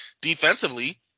defensively